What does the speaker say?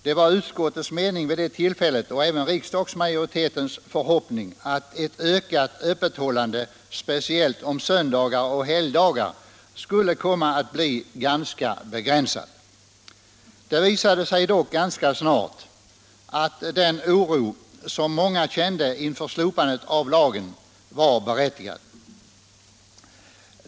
Det var vid det tillfället utskottets och riksdagsmajoritetens förhoppning att öppethållandet speciellt på söndagar och helgdagar skulle komma att bli ganska begränsat. Det visade sig dock ganska snart att den oro som många kände inför slopandet av lagen var berättigad.